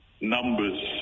numbers